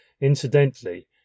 incidentally